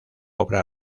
obra